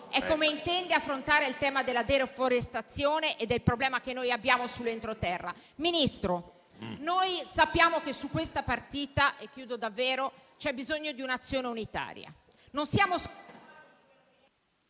è come intende affrontare il tema della deforestazione e il problema che abbiamo nell'entroterra. Signor Ministro, sappiamo che su questa partita - e chiudo davvero - c'è bisogno di un'azione unitaria...